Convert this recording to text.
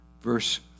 verse